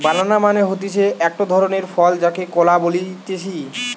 বানানা মানে হতিছে একটো ধরণের ফল যাকে কলা বলতিছে